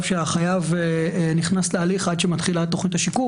שהחייב נכנס להליך עד שמתחילה תוכנית השיקום.